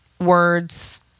words